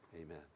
amen